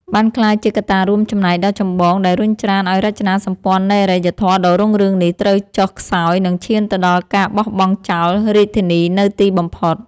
បានក្លាយជាកត្តារួមចំណែកដ៏ចម្បងដែលរុញច្រានឱ្យរចនាសម្ព័ន្ធនៃអរិយធម៌ដ៏រុងរឿងនេះត្រូវចុះខ្សោយ និងឈានទៅដល់ការបោះបង់ចោលរាជធានីនៅទីបំផុត។